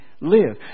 live